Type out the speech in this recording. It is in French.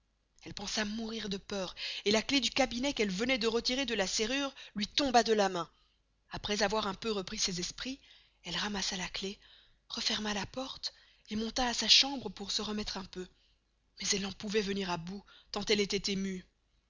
elle pensa mourir de peur et la clef du cabinet qu'elle venoit de retirer de la serrure luy tomba de la main aprés avoir un peu repris ses esprits elle ramassa la clef referma la porte et monta à sa chambre pour se remettre un peu mais elle n'en pouvait venir à bout tant elle estoit émeuë